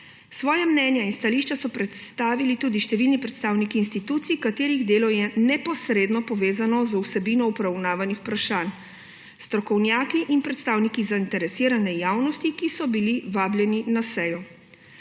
Svoja mnenja in stališča so predstavili tudi številni predstavniki institucij, katerih delo je neposredno povezano z vsebino obravnavanih vprašanj, strokovnjaki in predstavniki zainteresirane javnosti, ki so bili vabljeni na sejo.